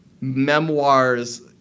memoirs